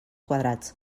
quadrats